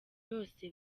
yose